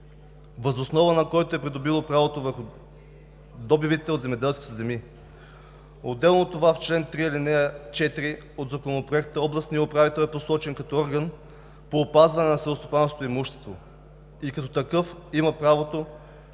въз основа на който е придобило право върху добивите от земеделските земи. Отделно от това, в чл. 3, ал. 4 от Законопроекта областният управител е посочен като орган по опазване на селскостопанското имущество и като такъв има правото